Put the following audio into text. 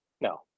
no